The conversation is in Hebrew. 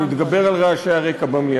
שנתגבר על רעשי הרקע במליאה?